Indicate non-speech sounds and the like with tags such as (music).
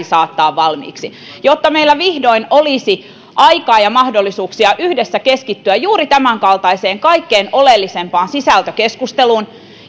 (unintelligible) saattaa valmiiksi jotta meillä vihdoin olisi aikaa ja mahdollisuuksia yhdessä keskittyä juuri tämänkaltaiseen kaikkein oleellisimpaan sisältökeskusteluun